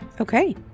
Okay